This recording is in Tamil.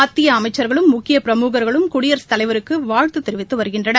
மத்திய அமைச்சா்களும் முக்கிய பிரமுகா்களும் குடியரசுத் தலைவருக்கு வாழ்த்து தெரிவித்து வருகின்றன்